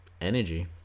energy